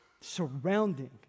surrounding